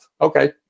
Okay